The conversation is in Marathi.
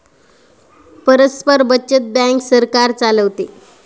परस्पर बचत बँक सरकार चालवते